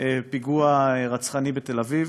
פיגוע רצחני בתל-אביב,